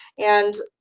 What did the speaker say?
and